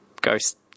ghost